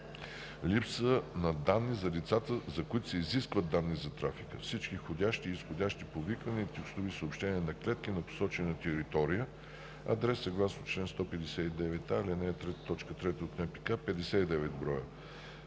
Липса на данни за лицата, за които се изискват данни за трафика – всички входящи и изходящи повиквания и текстови съобщения на клетки на посочена територия/адрес съгласно чл. 159а, ал. 3, т. 3 от НПК – 59 броя;